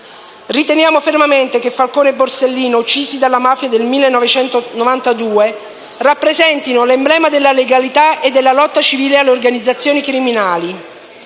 Riteniamo fermamente che Falcone e Borsellino, uccisi dalla mafia nel 1992, rappresentino l'emblema della legalità e della lotta civile alle organizzazioni criminali.